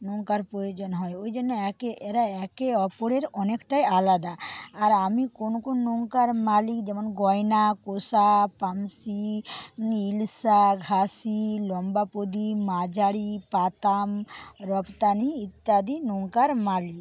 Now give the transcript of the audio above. নৌকার প্রয়োজন হয় ওই জন্যে একে এরা একে অপরের অনেকটাই আলাদা আর আমি কোন কোন নৌকার মালিক যেমন গয়না কোষা পানসী নীলসা ঘাশি লম্বা প্রদীপ মাজারী পাতাম রপ্তানি ইত্যাদি নৌকার মালিক